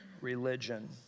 religion